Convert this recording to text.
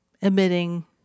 emitting